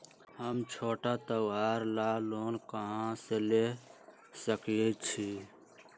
हम छोटा त्योहार ला लोन कहां से ले सकई छी?